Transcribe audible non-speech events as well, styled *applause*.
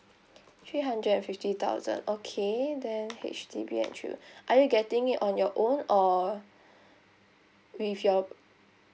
three hundred and fifty thousand okay then H_D_B *breath* are you getting me on your own or with your